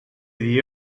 dir